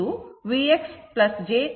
v v x j vy ಗೆ ಸಮಾನವಾಗಿರುತ್ತದೆ